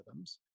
algorithms